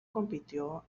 compitió